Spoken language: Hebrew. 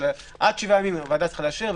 אבל עד 7 ימים הוועדה צריכה לאשר.